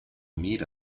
meet